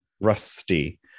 rusty